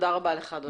תודה רבה לך.